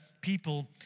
people